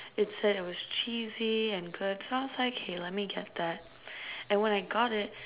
it said it was cheesy and good so I was like okay let me get that and when I got it